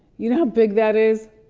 you know how big that is?